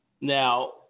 Now